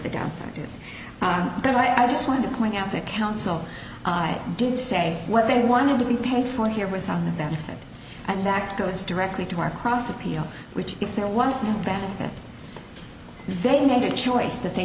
the downside is but i just wanted to point out to counsel i did say what they wanted to be paid for here was on the benefit and that goes directly to our cross appeal which if there was no benefit they made a choice that they